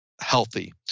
healthy